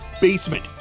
BASEMENT